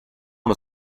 uno